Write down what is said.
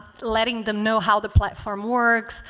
letting them know how the platform works.